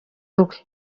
rwe